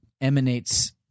emanates